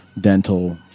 dental